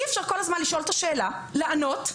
אי-אפשר כל הזמן לשאול את השאלה, לענות,